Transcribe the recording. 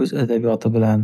O’z adabiyoti bilan